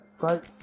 right